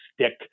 stick